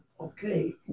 okay